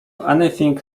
anything